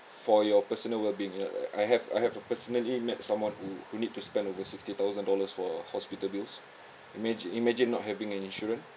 for your personal well-being like I have I have uh personally met someone who need to spend over sixty thousand dollars for hospital bills imagi~ imagine not having an insurance